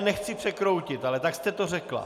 Nechci je překroutit, ale tak jste to řekla.